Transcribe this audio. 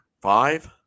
five